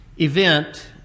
event